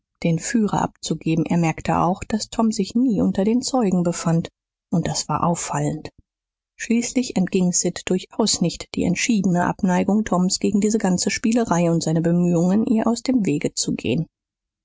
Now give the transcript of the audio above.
den führer abzugeben er merkte auch daß tom sich nie unter den zeugen befand und das war auffallend schließlich entging sid durchaus nicht die entschiedene abneigung toms gegen diese ganze spielerei und seine bemühungen ihr aus dem wege zu gehen